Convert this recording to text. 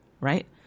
right